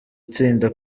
itsinda